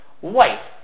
White